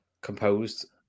composed